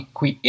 Qui